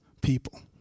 people